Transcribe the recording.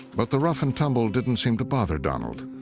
but the rough and tumble didn't seem to bother donald.